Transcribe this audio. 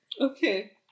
Okay